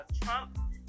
Trump